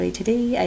today